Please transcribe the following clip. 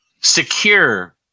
secure